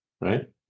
Right